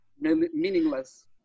Meaningless